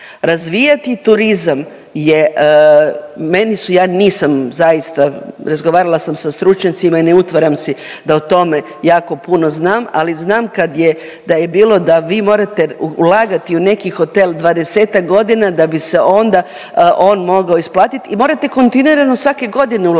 Razvijati turizam je, meni su, ja nisam zaista, razgovarala sam sa stručnjacima i ne utvaram si da o tome jako puno znam, ali znam kad je, da je bilo da vi morate ulagati u neki hotel 20-ak godina da bi se onda on mogao isplatiti i morate kontinuirano svake godine ulagati,